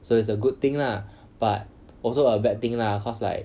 so it's a good thing lah but also a bad thing lah cause like